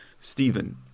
Stephen